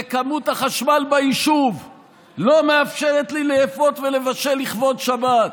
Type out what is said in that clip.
וכמות החשמל ביישוב לא מאפשרת לי לאפות ולבשל לכבוד שבת.